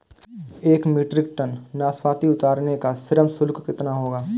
एक metric ton नाशपाती उतारने का श्रम शुल्क कितना होगा?